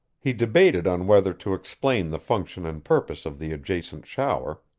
he debated on whether to explain the function and purpose of the adjacent shower,